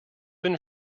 been